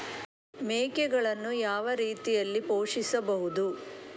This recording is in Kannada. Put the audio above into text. ಮೇಕೆಗಳನ್ನು ಯಾವ ರೀತಿಯಾಗಿ ಪೋಷಿಸಬಹುದು?